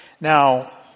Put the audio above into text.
Now